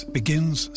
begins